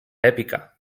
èpica